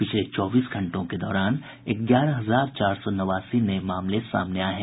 पिछले चौबीस घंटों के दौरान ग्यारह हजार चार सौ नवासी नये मामले सामने आये हैं